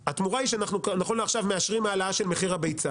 התמורה היא שאנחנו נכון לעכשיו מאשרים העלאה של מחיר הביצה,